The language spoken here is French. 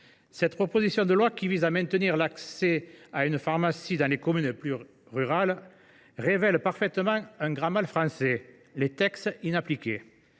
cette proposition de loi, qui vise à maintenir l’accès à une pharmacie dans les communes les plus rurales, révèle parfaitement un grand mal français : les textes inappliqués.